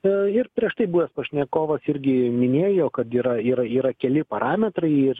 na ir prieš tai buvęs pašnekovas irgi minėjo kad yra yra yra keli parametrai ir